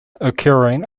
occurring